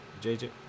JJ